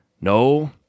No